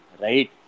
right